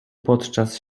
podczas